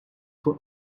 for